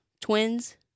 twins